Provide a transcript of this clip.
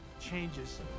changes